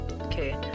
Okay